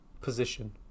position